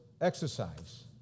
exercise